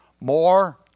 More